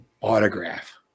Autograph